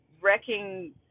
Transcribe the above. wrecking